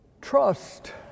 Trust